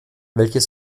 welches